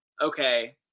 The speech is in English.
okay